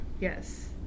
Yes